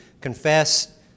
confess